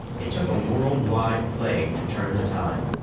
it took a world-wide plague to turn the tide.